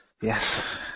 Yes